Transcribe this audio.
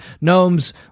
Gnomes